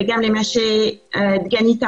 וגם ממה שדגנית אמרה,